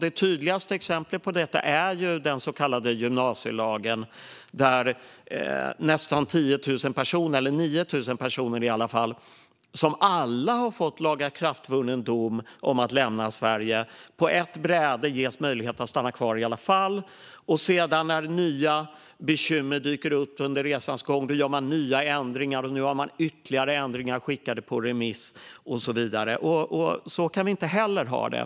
Det tydligaste exemplet på detta är den så kallade gymnasielagen, där nästan 9 000 personer som alla har fått lagakraftvunnen dom om att lämna Sverige på ett bräde ges möjligheten att stanna kvar i alla fall. När sedan nya bekymmer dyker upp under resans gång gör man nya ändringar, och nu har man ytterligare ändringar skickade på remiss och så vidare. Så kan vi inte heller ha det.